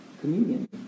communion